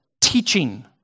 teaching